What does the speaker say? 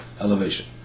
elevation